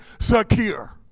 secure